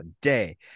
day